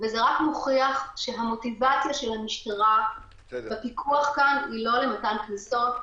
זה רק מוכיח שהמוטיבציה של המשטרה והפיקוח כאן הם לא מתן קנסות,